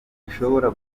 gishobora